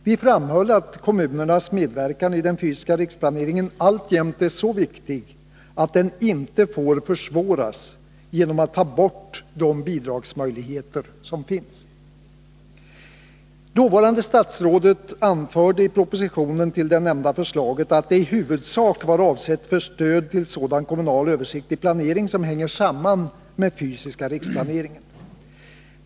Vi framhöll att kommunernas medverkan i den fysiska riksplaneringen alltjämt är så viktig att den inte får försvåras genom att man tar bort de bidragsmöjligheter som finns. Dåvarande statsrådet anförde i propositionen med det nämnda förslaget att anslaget i huvudsak var avsett för stöd till sådan kommunal översiktlig planering som hänger samman med den fysiska riksplaneringen.